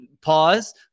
pause